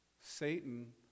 Satan